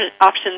options